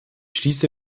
schließe